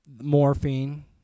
morphine